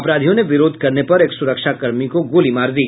अपराधियों ने विरोध करने पर एक सुरक्षा कर्मी को गोली मार दी